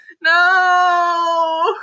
No